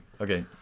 Okay